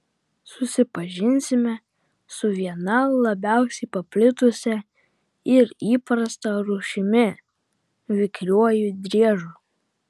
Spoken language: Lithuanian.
susipažinsime su viena labiausiai paplitusia ir įprasta rūšimi vikriuoju driežu